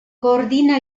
coordina